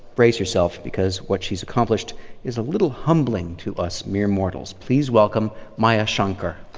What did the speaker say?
brace yourself because what she's accomplished is a little humbling to us mere mortals. please welcome maya shankar